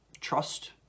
trust